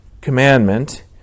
commandment